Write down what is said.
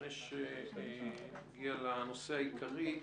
לפני שנגיע לנושא העיקרי,